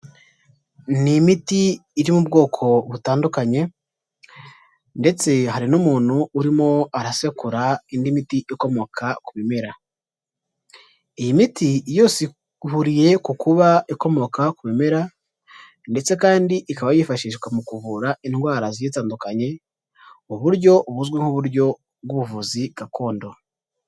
Ni imiti iri mu bwoko butandukanye ndetse hari n'umuntu urimo arasekura indi miti ikomoka ku bimera, iyi miti yose ihuriye ku kuba ikomoka ku bimera ndetse kandi ikaba yifashishwa mu kuvura indwara zigiye zitandukanye, uburyo buzwi nk'uburyo bw'ubuvuzi gakondo.